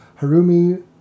Harumi